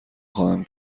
خواهم